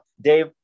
Dave